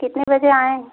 कितने बजे आएँ